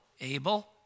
Abel